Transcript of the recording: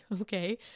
Okay